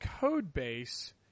Codebase